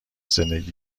زندگی